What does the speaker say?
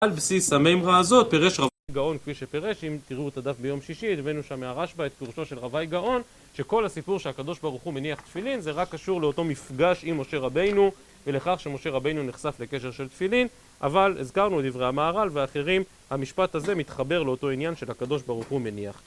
על בסיס המימרה הזאת פרש רבי גאון כפי שפרש אם תראו את הדף ביום שישי הבאנו שם מהרשב"א את פירושו של רב האי גאון, שכל הסיפור שהקדוש ברוך הוא מניח תפילין זה רק קשור לאותו מפגש עם משה רבנו ולכך שמשה רבנו נחשף לקשר של תפילין, אבל הזכרנו דברי המהר"ל ואחרים, המשפט הזה מתחבר לאותו עניין של הקדוש ברוך הוא מניח תפילין